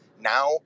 Now